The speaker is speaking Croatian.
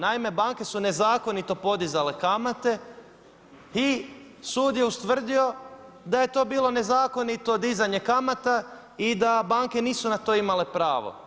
Naime, banke su nezakonito podizale kamate i sud je ustvrdio da je to bilo nezakonito dizanje kamata i da banke nisu na to imale pravo.